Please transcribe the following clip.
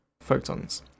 photons